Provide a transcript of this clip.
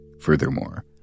Furthermore